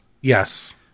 Yes